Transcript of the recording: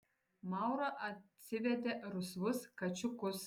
maura atsivedė rusvus kačiukus